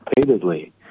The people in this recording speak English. repeatedly